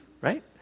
right